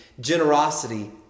generosity